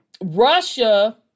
Russia